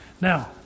Now